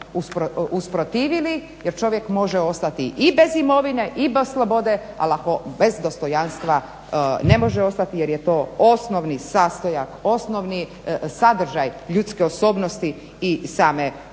tome usprotivili jer čovjek može ostati i bez imovine i bez slobode ali ako bez dostojanstva ne može ostati jer je to osnovni sastojak, osnovni sadržaj ljudske osobnosti i same osobe.